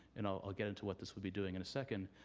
and i'll i'll get into what this will be doing in a second,